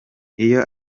iyo